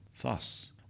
Thus